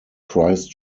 christ